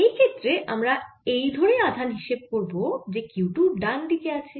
এই ক্ষেত্রে আমরা এই ধরে আধান হিসেব করব যে q 2 ডান দিকে আছে